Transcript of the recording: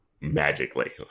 magically